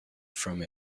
from